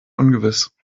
ungewiss